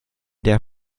der